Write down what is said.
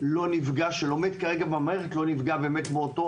לא נפגע מאותו